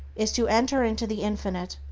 is to enter into the infinite,